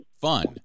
fun